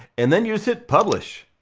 and then you just hit publish.